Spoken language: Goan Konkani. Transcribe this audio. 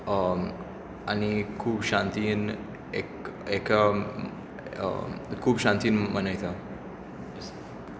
आनी खूब शांतीन एका खूब शांतीन मनयता